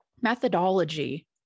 methodology